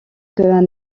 qu’un